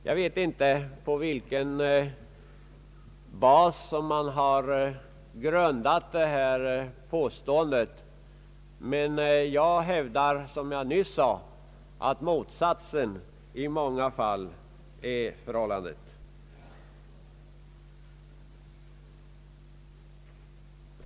Jag vet inte vad det är som ligger till grund för detta påstående, men jag hävdar — som jag nyss sade — att motsatsen i många fall är förhållandet.